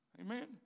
Amen